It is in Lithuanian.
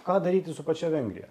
ką daryti su pačia vengrija